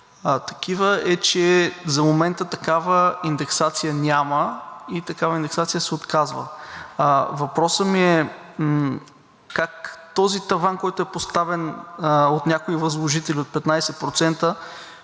такива, е, че за момента такава индексация няма и такава индексация се отказва. Въпросът ми е: как този таван, който е поставен от някои възложители от 15%,